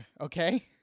okay